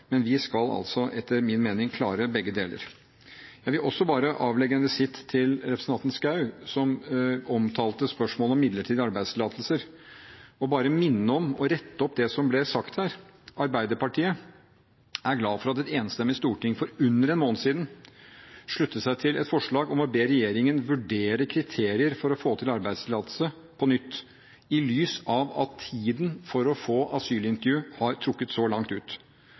men vi skal altså, etter min mening, klare begge deler. Jeg vil også avlegge en visitt til representanten Schou, som omtalte spørsmålet om midlertidige arbeidstillatelser, og bare minne om og rette opp det som ble sagt der. Arbeiderpartiet er glad for at et enstemmig storting for under en måned siden sluttet seg til et forslag om å be regjeringen på nytt vurdere kriterier for å få til arbeidstillatelse, i lys av at det å få asylintervju har trukket så langt ut